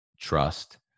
trust